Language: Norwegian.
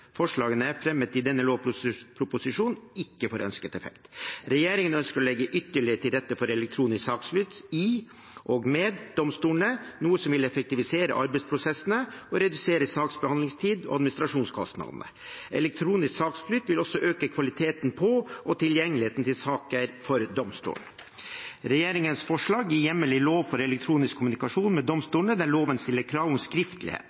fremmet i denne lovproposisjonen ikke får ønsket effekt. Regjeringen ønsker å legge ytterligere til rette for elektronisk saksflyt i og med domstolene, noe som vil effektivisere arbeidsprosessene og redusere saksbehandlingstiden og administrasjonskostnadene. Elektronisk saksflyt vil også øke kvaliteten på og tilgjengeligheten til saker for domstolen. Regjeringen foreslår å gi hjemmel i lov for elektronisk kommunikasjon med domstolene der loven stiller krav om skriftlighet.